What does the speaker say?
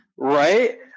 Right